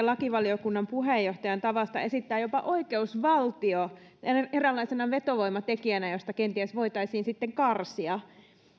lakivaliokunnan puheenjohtajan tavasta hetki sitten esittää jopa oikeusvaltio eräänlaisena vetovoimatekijänä josta kenties voitaisiin sitten karsia